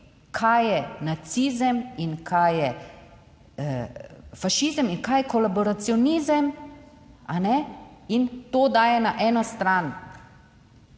kaj je nacizem in kaj je fašizem in kaj je kolaboracionizem. In to daje na eno stran